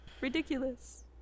ridiculous